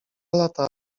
lata